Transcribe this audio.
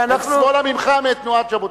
שמאלה ממך, מתנועת ז'בוטינסקי.